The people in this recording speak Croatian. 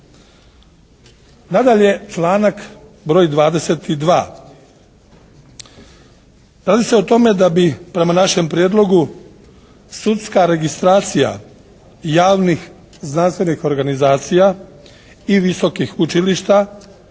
Nadalje, članak broj 22. Radi se o tome da bi prema našem prijedlogu sudska registracija javnih znanstvenih organizacija i visokih učilišta